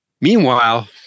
Meanwhile